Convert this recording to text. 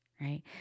right